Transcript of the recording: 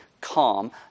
calm